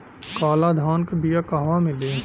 काला धान क बिया कहवा मिली?